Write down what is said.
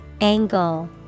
Angle